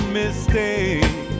mistake